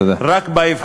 תודה.